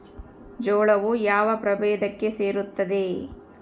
ಜೋಳವು ಯಾವ ಪ್ರಭೇದಕ್ಕೆ ಸೇರುತ್ತದೆ?